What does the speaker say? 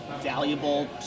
valuable